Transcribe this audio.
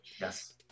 Yes